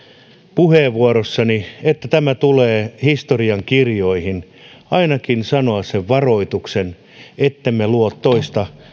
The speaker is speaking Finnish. puheenvuorossani jotta tämä tulee historiankirjoihin ainakin sanoa sen varoituksen ettemme luo toista